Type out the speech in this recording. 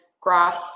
grass